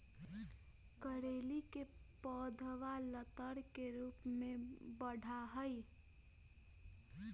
करेली के पौधवा लतर के रूप में बढ़ा हई